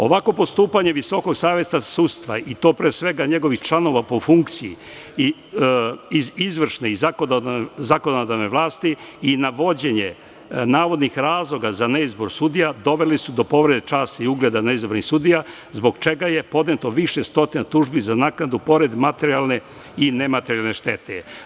Ovako postupanje Visokog saveta sudstva i to pre svega njegovih članova po funkciji i izvršne i zakonodavne vlasti i navođenje navodnih razloga za neizbor sudija doveli su do povrede časti i ugleda neizabranih sudija zbog čega je podneto više stotina tužbi za naknadu, pored materijalne i nematerijalne štete.